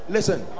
Listen